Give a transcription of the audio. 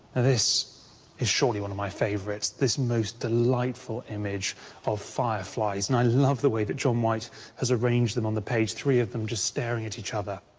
ah this is surely one of my favourites, this most delightful image of fireflies, and i love the way that john white has arranged them on the page, three of them just staring at each other.